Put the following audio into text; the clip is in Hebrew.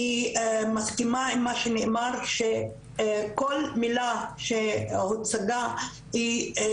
אני מסכימה עם מה שנאמר שכל מילה שהוצגה אלה